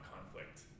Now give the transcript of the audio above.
conflict